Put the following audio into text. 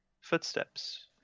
footsteps